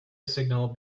signal